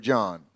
John